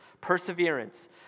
Perseverance